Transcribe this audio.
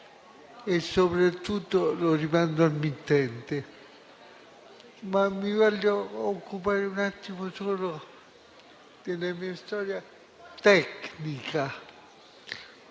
e soprattutto le rimando al mittente. Tuttavia, vorrei occuparmi un attimo solo della mia storia tecnica: